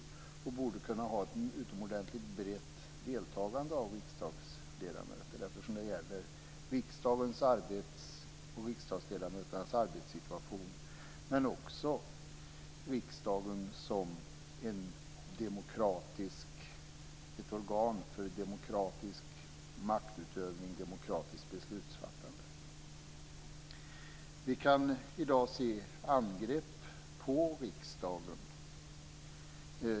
Den borde kunna ha ett utomordentligt brett deltagande av riksdagsledamöter eftersom den gäller riksdagens och riksdagsledamöternas arbetssituation, men också riksdagen som ett organ för demokratisk maktutövning och demokratiskt beslutsfattande. Vi kan i dag se angrepp på riksdagen.